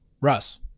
Russ